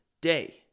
day